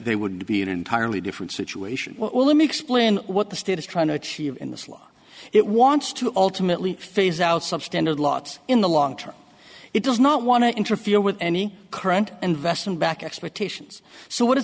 they would be an entirely different situation well let me explain what the state is trying to achieve in this law it wants to ultimately phase out substandard lots in the long term it does not want to interfere with any current investment back expectations so what it